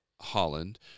Holland